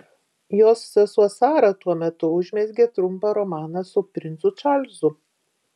jos sesuo sara tuo metu užmezgė trumpą romaną su princu čarlzu